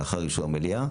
לאחר אישור המליאה.